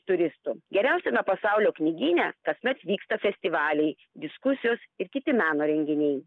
turistų geriausiame pasaulio knygyne kasmet vyksta festivaliai diskusijos ir kiti meno renginiai